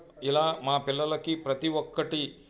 ఇలా మా పిల్లలకి ప్రతీ ఒక్కటీ